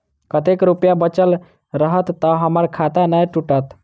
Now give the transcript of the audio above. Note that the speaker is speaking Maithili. कतेक रुपया बचल रहत तऽ हम्मर खाता नै टूटत?